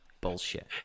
Bullshit